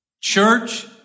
Church